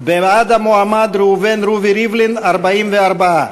בעד המועמד ראובן רובי ריבלין, 44,